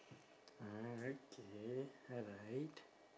mm okay alright